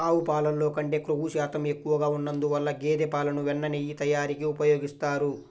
ఆవు పాలల్లో కంటే క్రొవ్వు శాతం ఎక్కువగా ఉన్నందువల్ల గేదె పాలను వెన్న, నెయ్యి తయారీకి ఉపయోగిస్తారు